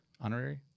Honorary